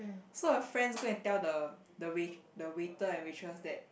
so her friends go and tell the the wai~ the waiter and waitress that